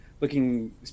looking